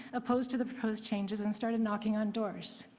opposed to the proposed changes and started knocking on doors.